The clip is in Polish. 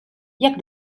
jak